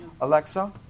Alexa